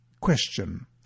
Question